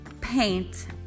paint